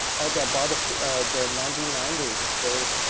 at the but the nineteen ninety s, the